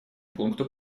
пункту